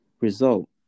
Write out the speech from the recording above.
result